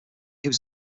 was